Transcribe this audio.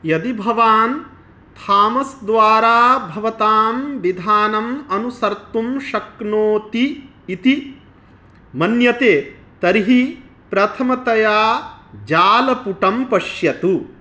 यदि भवान् थामस् द्वारा भवतां विधानम् अनुसर्तुं शक्नोति इति मन्यते तर्हि प्रथमतया जालपुटं पश्यतु